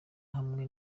hamwe